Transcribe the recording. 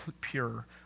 pure